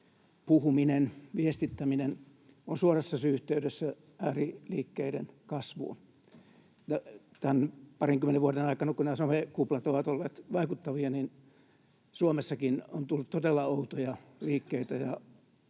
puhuminen, viestittäminen ovat suorassa yhteydessä ääriliikkeiden kasvuun. Tämän parinkymmenen vuoden aikana, kun somekuplat ovat olleet vaikuttavia, Suomessakin on tullut todella outoja liikkeitä